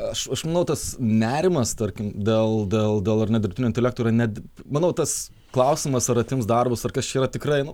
aš aš manau tas nerimas tarkim dėl dėl dėl ar ne dirbtinio intelekto ir net manau tas klausimas ar atims darbus ar kas čia yra tikrai